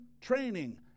training